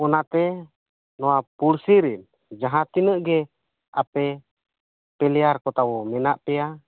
ᱚᱱᱟ ᱛᱮ ᱱᱚᱣᱟ ᱯᱩᱲᱥᱤ ᱨᱮ ᱡᱟᱦᱟᱸ ᱛᱤᱱᱟᱹᱜ ᱜᱮ ᱟᱯᱮ ᱯᱞᱮᱭᱟᱨ ᱠᱚ ᱛᱟᱵᱚ ᱢᱮᱱᱟᱜ ᱯᱮᱭᱟ